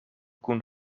kun